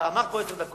כבר עמדת פה עשר דקות,